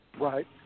right